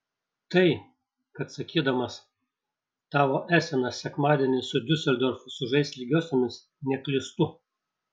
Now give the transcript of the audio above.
tai kad sakydamas tavo esenas sekmadienį su diuseldorfu sužais lygiosiomis neklystu